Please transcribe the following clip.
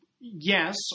Yes